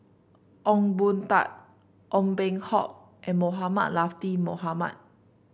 Ong Boon Tat Ong Peng Hock and Mohamed Latiff Mohamed